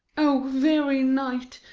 o weary night,